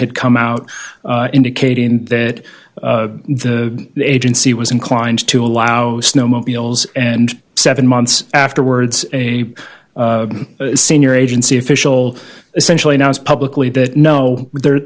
had come out indicating that the agency was inclined to allow snowmobiles and seven months afterwards a senior agency official essentially now is publicly that no they're